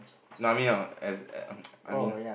mummy or as I mean